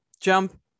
jump